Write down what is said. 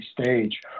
stage